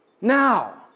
Now